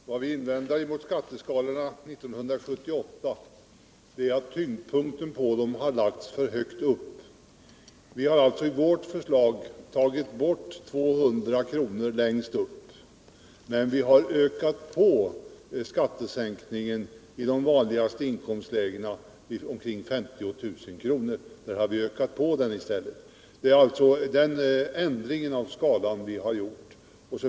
Herr talman! Vad vi invänder mot när det gäller skatteskalorna för 1978 är att tyngdpunkten i fråga om skattesänkningen har lagts för högt upp. I vårt förslag har vi tagit bort 200 kr. högst upp, men vi har ökat på skattesänkningen i de vanligaste inkomstlägena omkring 50 000 kronor. Det är alltså den ändringen av skalan vi har gjort.